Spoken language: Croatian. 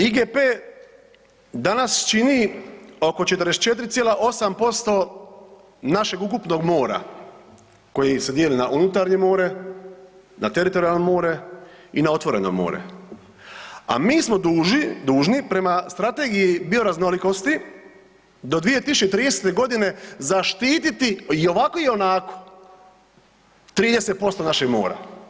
IGP danas čini oko 44,8% našeg ukupnog mora koji se dijeli na unutarnje more, na teritorijalno more i na otvoreno more, a mi smo dužni prema Strategiji bioraznolikosti do 2030. g. zaštiti, i ovako ionako 30% našeg mora.